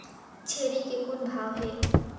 छेरी के कौन भाव हे?